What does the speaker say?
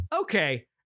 okay